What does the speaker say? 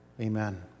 Amen